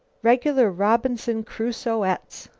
regular robinson crusoettes!